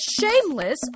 Shameless